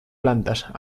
plantas